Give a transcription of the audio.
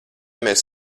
mēs